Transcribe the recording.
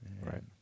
right